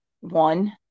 one